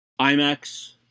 IMAX